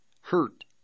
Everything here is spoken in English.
hurt